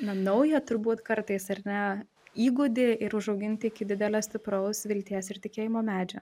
na naują turbūt kartais ar ne įgūdį ir užauginti iki didelio stipraus vilties ir tikėjimo medžio